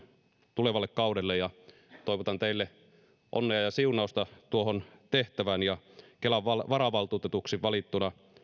tulevalle kaudelle toivotan teille onnea ja siunausta tuohon tehtävään kelan varavaltuutetuksi valittuna